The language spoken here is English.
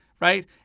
Right